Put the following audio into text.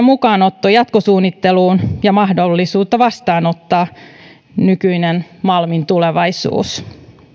mukaanotto jatkosuunnitteluun ja mahdollisuutta vastaanottaa nykyinen malmin tulevaisuus